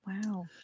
Wow